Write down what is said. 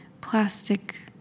plastic